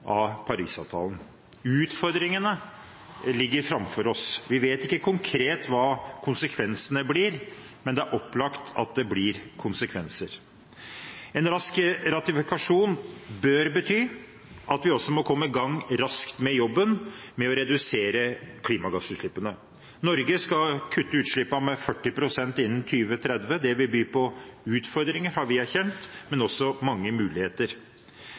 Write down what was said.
av Paris-avtalen. Utfordringene ligger framfor oss. Vi vet ikke konkret hva konsekvensene blir, men det er opplagt at det blir konsekvenser. En rask ratifikasjon bør bety at vi også må komme i gang raskt med jobben med å redusere klimagassutslippene. Norge skal kutte utslippene med 40 pst. innen 2030. Det vil by på utfordringer, har vi erkjent, men også mange muligheter.